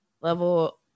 level